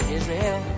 Israel